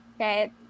okay